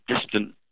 distant